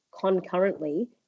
concurrently